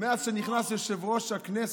מאז שנכנס יושב-ראש הכנסת,